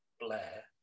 Blair